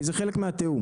כי זה חלק מהתיאום.